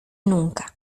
nunca